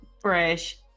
fresh